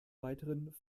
weiteren